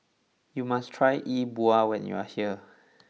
you must try E Bua when you are here